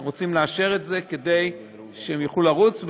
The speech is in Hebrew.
אנחנו רוצים לאשר את זה כדי שהם יוכלו לרוץ,